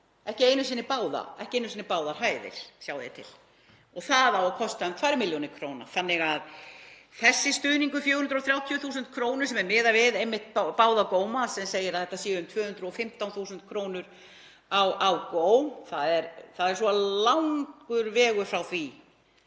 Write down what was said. ekki einu sinni báðar hæðir, sjáið til. Það á að kosta um 2 millj. kr. þannig að þessi stuðningur, 430.000 kr., þar sem miðað er við báða góma, sem segir að þetta séu um 215.000 kr. á góm — það er svo langur vegur frá því